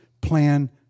plan